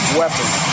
weapons